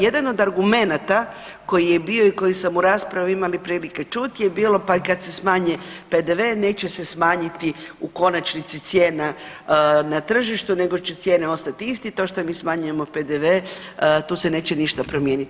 Jedan od argumenata koji je bio i koji sam u raspravi imali prilike čuti je bilo, pa i kad se smanji PDV neće se smanjiti u konačnici cijena na tržištu nego će cijene ostat iste, to što mi smanjujemo PDV tu se neće ništa promijenit.